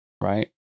right